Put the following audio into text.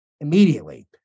immediately